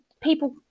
people